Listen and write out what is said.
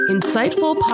Insightful